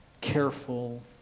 careful